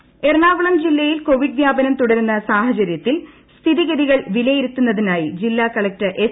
Covid യോഗം എറണാകുളം എറണാകുളം ജില്ലയിൽ Covid വ്യാപനം തുടരുന്ന സാഹചര്യത്തിൽ സ്ഥിതിഗതികൾ വിലയിരുത്തുന്നതിനായി ജില്ലാ കളക്ടർ എസ്